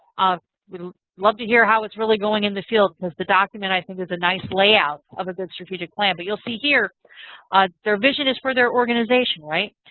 we'd love to hear how it's really going in the field. because the document i think is a nice layout of a good strategic plan. but you'll see here ah their vision is for their organization, right?